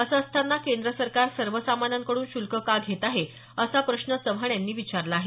असं असताना केंद्र सरकार सर्वसामान्यांकड्रन शुल्क का घेत आहे असा प्रश्न चव्हाण यांनी विचारला आहे